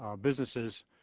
businesses